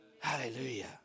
Hallelujah